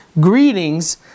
greetings